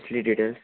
कसली डिटेल्स